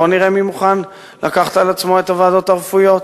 בואו נראה מי מוכן לקחת על עצמו את הוועדות הרפואיות.